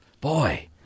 Boy